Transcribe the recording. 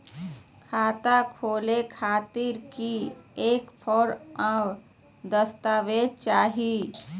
खाता खोले खातिर की की फॉर्म और दस्तावेज चाही?